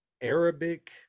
Arabic